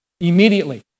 Immediately